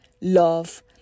love